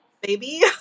baby